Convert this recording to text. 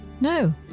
No